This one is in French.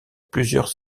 plusieurs